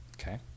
Okay